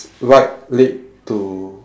his right leg to